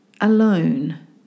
alone